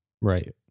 Right